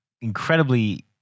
incredibly